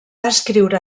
escriure